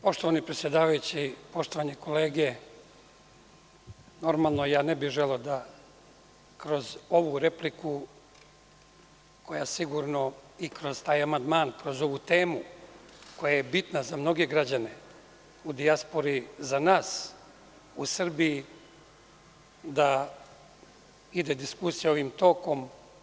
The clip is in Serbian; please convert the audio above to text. Poštovani predsedavajući, poštovane kolege, normalno, ja ne bih želeo da kroz ovu repliku i kroz ovaj amandman, kroz ovu temu koja je bitna za mnoge građane u dijaspori, za nas u Srbiji, da ide diskusija ovim tokom.